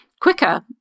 quicker